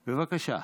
בבקשה.